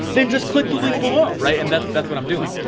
then just click the link below, right. and that's that's what i'm doing.